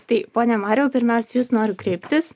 tai pone mariau pirmiausia į jus noriu kreiptis